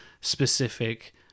specific